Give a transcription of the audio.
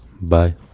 Bye